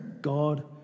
God